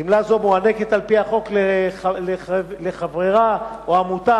גמלה זו מוענקת על-פי החוק לחברה או עמותה,